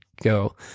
go